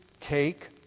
take